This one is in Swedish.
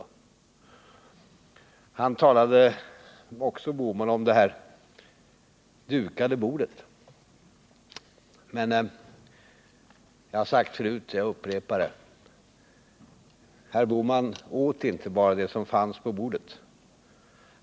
Gösta Bohman talade också om det dukade bordet. Jag har sagt förut, och jag upprepar det: Herr Bohman åt inte bara det som fanns på bordet.